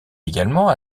également